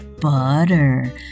butter